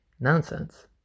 nonsense